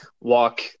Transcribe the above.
walk